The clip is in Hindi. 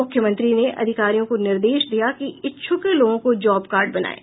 मुख्यमंत्री ने अधिकारियों को निर्देश दिया कि इच्छुक लोगों का जॉब कार्ड बनायें